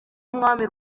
umwami